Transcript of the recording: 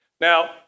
Now